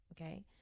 Okay